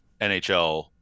NHL